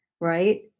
right